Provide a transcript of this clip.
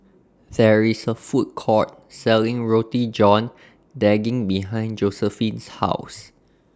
There IS A Food Court Selling Roti John Daging behind Josephine's House